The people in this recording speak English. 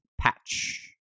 patch